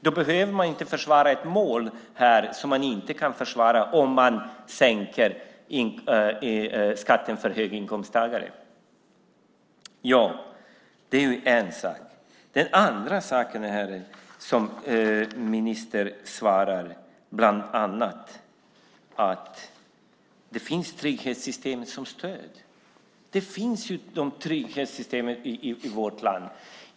Då behöver man inte försvara ett mål som man inte kan försvara om man sänker skatten för höginkomsttagare. Det är en sak. Den andra saken som ministern svarar, bland annat, är att det finns trygghetssystem som stöd i vårt land.